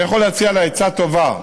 אני יכול להציע לה עצה טובה: